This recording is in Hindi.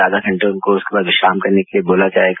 आधा घंटा उनको उसके बाद विश्राम करने के लिए बोला जाएगा